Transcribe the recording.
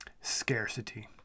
scarcity